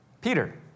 Peter